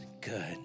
good